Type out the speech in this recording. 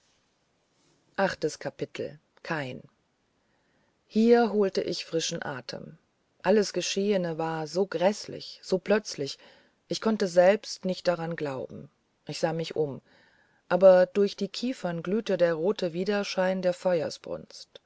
kain hier holte ich frischen atem alles geschehene war so gräßlich so plötzlich ich konnte selbst nicht daran glauben ich sah mich um aber durch die kiefern glühte der rote widerschein der